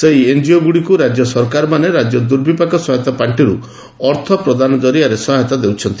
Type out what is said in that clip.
ସେହି ଏନ୍କିଓଗୁଡ଼ିକୁ ରାଜ୍ୟ ସରକାରମାନେ ରାଜ୍ୟ ଦୁର୍ବିପାକ ସହାୟତା ପାର୍ଷିରୁ ଅର୍ଥ ପ୍ରଦାନ ଜରିଆରେ ସହାୟତା ଦେଉଛନ୍ତି